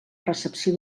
recepció